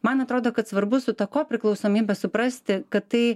man atrodo kad svarbu su ta kopriklausomybe suprasti kad tai